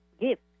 gift